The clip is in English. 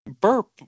burp